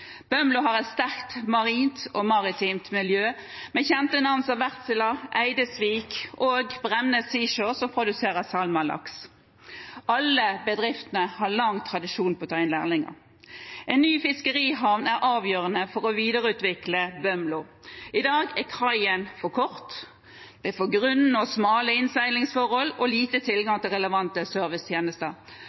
Bømlo har et sterkt marint og maritimt miljø med kjente navn som Wärtsilä, Eidesvik og Bremnes Seashore, som produserer Salma-laks. Alle bedriftene har lang tradisjon for å ta inn lærlinger. En ny fiskerihavn er avgjørende for å videreutvikle Bømlo. I dag er kaien for kort, det er for grunne og smale innseilingsforhold og lite tilgang til relevante servicetjenester.